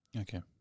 Okay